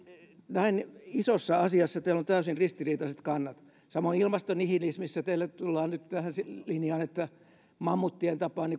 näin isossa asiassa teillä on täysin ristiriitaiset kannat samoin ilmastonihilismissä teillä tullaan nyt tähän linjaan että niin kuin mammutit